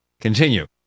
continue